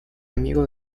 amigo